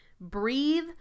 breathe